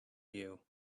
you